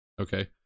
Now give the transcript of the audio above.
Okay